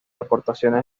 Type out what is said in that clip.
aportaciones